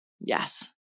Yes